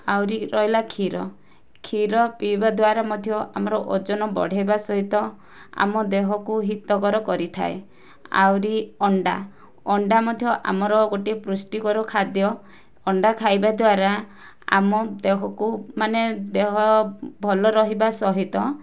ଆହୁରି ରହିଲା କ୍ଷୀର କ୍ଷୀର ପିଇବା ଦ୍ୱାରା ମଧ୍ୟ ଆମର ଓଜନ ବଢ଼ିବା ସହିତ ଆମ ଦେହକୁ ହିତକର କରିଥାଏ ଆହୁରି ଅଣ୍ଡା ଅଣ୍ଡା ମଧ୍ୟ ଆମର ଗୋଟିଏ ପୁଷ୍ଟିକର ଖାଦ୍ୟ ଅଣ୍ଡା ଖାଇବା ଦ୍ୱାରା ଆମ ଦେହକୁ ମାନେ ଦେହ ଭଲ ରହିବା ସହିତ